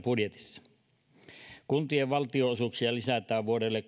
budjetissa kuntien valtionosuuksia lisätään vuodelle